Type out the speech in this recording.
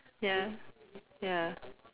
ya ya